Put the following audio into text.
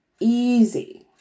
easy